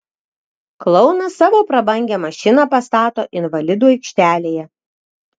klounas savo prabangią mašiną pastato invalidų aikštelėje